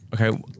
Okay